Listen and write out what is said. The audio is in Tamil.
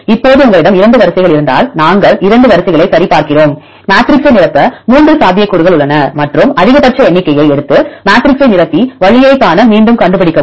இப்போது உங்களிடம் 2 வரிசைகள் இருந்தால் நாங்கள் 2 வரிசைகளைச் சரிபார்க்கிறோம் மேட்ரிக்ஸை நிரப்ப 3 சாத்தியக்கூறுகள் உள்ளன மற்றும் அதிகபட்ச எண்ணிக்கையை எடுத்து மேட்ரிக்ஸை நிரப்பி வழியைக் காண மீண்டும் கண்டுபிடிக்கவும்